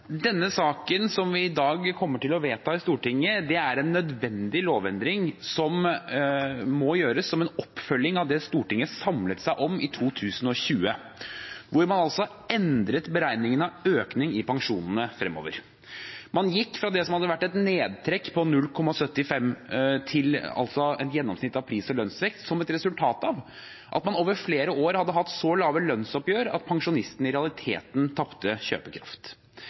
en nødvendig lovendring som må gjøres som en oppfølging av det Stortinget samlet seg om i 2020, hvor man altså endret beregningene av økning i pensjonene fremover. Man gikk fra det som hadde vært et nedtrekk på 0,75 pst., til et gjennomsnitt av pris- og lønnsvekst, som et resultat av at man over flere år hadde hatt så lave lønnsoppgjør at pensjonistene i realiteten tapte kjøpekraft.